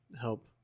help